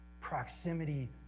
Proximity